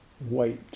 wait